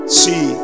see